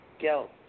guilt